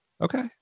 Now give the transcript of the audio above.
Okay